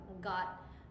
got